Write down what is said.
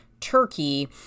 turkey